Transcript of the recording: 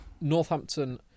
Northampton